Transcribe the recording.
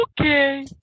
okay